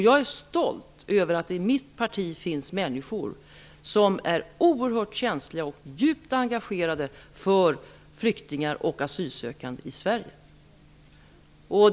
Jag är stolt över att det i mitt parti finns människor som är oerhört känsliga och djupt engagerade för flyktingar och asylsökande i Sverige.